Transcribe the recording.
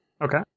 Okay